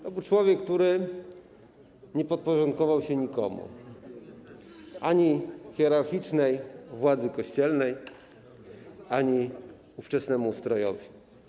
To był człowiek, który nie podporządkował się nikomu - ani hierarchicznej władzy kościelnej, ani ówczesnemu ustrojowi.